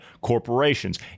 corporations